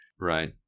right